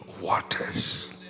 waters